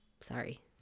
Sorry